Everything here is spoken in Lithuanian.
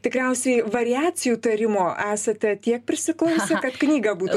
tikriausiai variacijų tarimo esate tiek prisiklausę kad knygą būtų